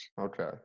Okay